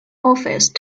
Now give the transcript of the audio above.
office